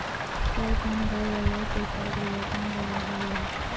सौ ठन गाय गरूवा के हिसाब ले गौठान ल बड़हाय जाही